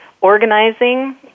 organizing